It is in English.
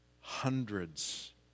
hundreds